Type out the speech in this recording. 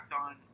on